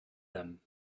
them